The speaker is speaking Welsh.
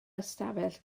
ystafell